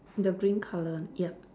the green colour yup